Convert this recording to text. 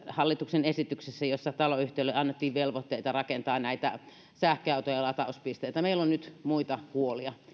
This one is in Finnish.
hallituksen esitystä jossa taloyhtiöille annettiin velvoitteita rakentaa sähköautojen latauspisteitä meillä on nyt muita huolia